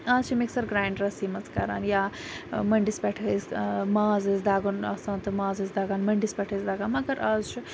آز چھِ mixer grinder سی مَنٛز کَران یا مٔنٛڈِس پیٹھ ٲسۍ ماز ٲسۍ دَگُن آسان تہٕ ماز ٲسۍ دَگان مٔنٛڈٕس پیٹھ ٲسۍ دَگان مگر آز چھُ